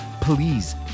please